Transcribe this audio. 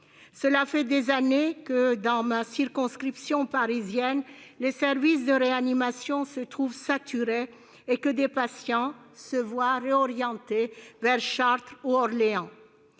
Cela fait des années que, dans ma circonscription parisienne, les services de réanimation se trouvent saturés et que des patients se voient réorientés vers Chartres ou Orléans.